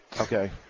Okay